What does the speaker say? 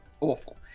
awful